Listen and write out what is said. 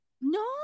No